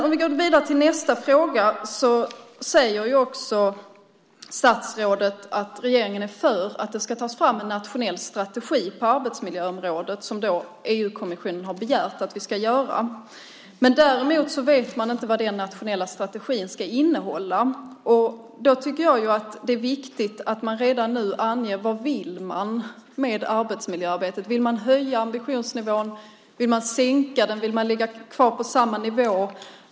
Om vi går vidare till nästa fråga säger också statsrådet att regeringen är för att det ska tas fram en nationell strategi på arbetsmiljöområdet, som EU-kommissionen har begärt att vi ska göra. Däremot vet man inte vad den nationella strategin ska innehålla. Då tycker jag att det är viktigt att man redan nu anger vad man vill med arbetsmiljöarbetet. Vill man höja ambitionsnivån? Vill man sänka den? Vill man ligga kvar på samma nivå?